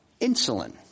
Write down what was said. insulin